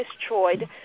destroyed